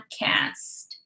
podcast